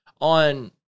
on